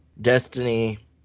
destiny